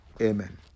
Amen